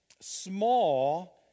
small